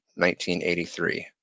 1983